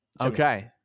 okay